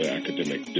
academic